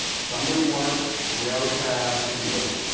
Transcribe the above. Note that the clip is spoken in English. some bring work. and we always have busywork.